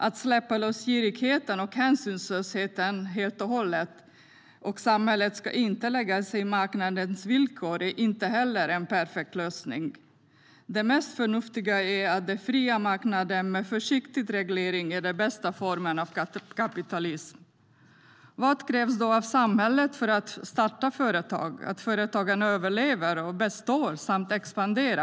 Att släppa lös girigheten och hänsynslösheten helt och hållet och hävda att samhället inte ska lägga sig i marknadens villkor är dock inte heller en perfekt lösning. Den fria marknaden med försiktig reglering är det mest förnuftiga och den bästa formen av kapitalism. Vad krävs då av samhället för att företag ska startas, överleva och bestå samt expandera?